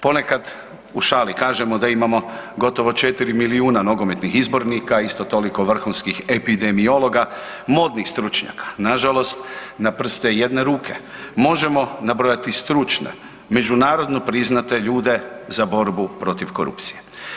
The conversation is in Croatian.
Ponekad u šali kažemo da imamo gotovo 4 milijuna nogometnih izbornika, isto toliko vrhunskih epidemiologa, modnih stručnjaka, nažalost na prste jedne ruke možemo nabrojati stručne, međunarodno priznate ljude za borbu protiv korupcije.